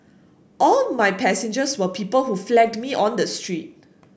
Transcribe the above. all my passengers were people who flagged me on the street